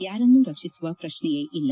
ಯಾರನ್ನೂ ರಕ್ಷಿಸುವ ಪ್ರಶ್ನೆಯೇ ಇಲ್ಲ